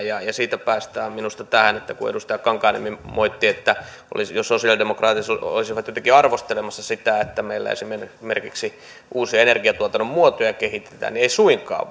ja siitä päästään minusta tähän kun edustaja kankaanniemi moitti että sosialidemokraatit olisivat jotenkin arvostelemassa sitä että meillä esimerkiksi esimerkiksi uusia energiantuotannon muotoja kehitetään ei suinkaan